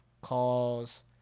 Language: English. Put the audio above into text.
calls